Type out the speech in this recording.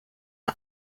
the